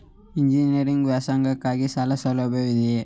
Engineering ವ್ಯಾಸಂಗಕ್ಕಾಗಿ ಸಾಲ ಸೌಲಭ್ಯವಿದೆಯೇ?